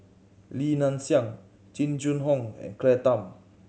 Li Nanxing Jing Jun Hong and Claire Tham